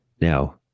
Now